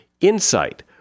Insight